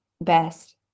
best